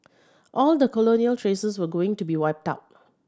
all the colonial traces were going to be wiped out